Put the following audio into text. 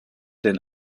den